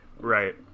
Right